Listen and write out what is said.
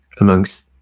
amongst